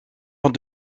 van